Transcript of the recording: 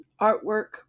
artwork